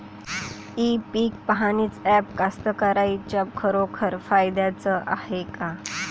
इ पीक पहानीचं ॲप कास्तकाराइच्या खरोखर फायद्याचं हाये का?